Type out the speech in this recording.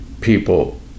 people